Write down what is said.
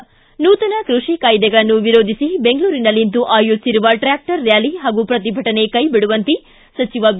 ಿ ನೂತನ ಕೃಷಿ ಕಾಯ್ದೆಗಳನ್ನು ವಿರೋಧಿಸಿ ಬೆಂಗಳೂರಿನಲ್ಲಿಂದು ಆಯೋಜಿಸಿರುವ ಟ್ರಾಕ್ವರ್ ರ್ಕಾಲಿ ಹಾಗೂ ಪ್ರತಿಭಟನೆ ಕೈಬಿಡುವಂತೆ ಸಚಿವ ಬಿ